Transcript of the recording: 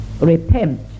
Repent